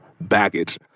baggage